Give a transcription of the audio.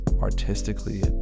artistically